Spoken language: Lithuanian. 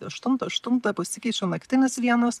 aštuntą aštuntą pasikeičia naktinis vienas